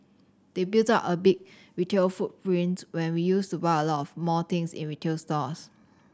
they built out a big retail footprints when we used to buy a lot more things in retail stores